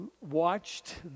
watched